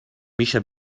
میشه